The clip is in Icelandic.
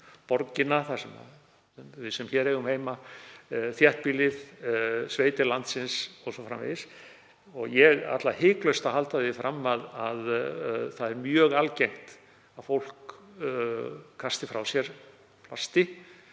borgina, við sem þar eigum heima, þéttbýlið, sveitir landsins o.s.frv. Ég ætla hiklaust að halda því fram að það er mjög algengt að fólk kasti frá sér plasti